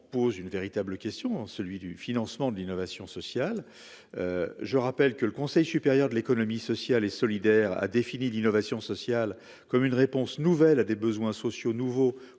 pose une véritable question, celui du financement de l'innovation sociale, je rappelle que le Conseil supérieur de l'économie sociale et solidaire, a défini d'innovation sociale, comme une réponse nouvelle à des besoins sociaux nouveaux,